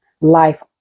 life